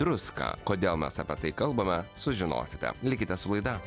druską kodėl mes apie tai kalbame sužinosite likite su laida